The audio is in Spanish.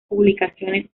publicaciones